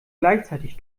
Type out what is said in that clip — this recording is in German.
gleichzeitig